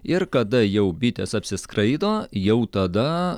ir kada jau bitės apsiskraido jau tada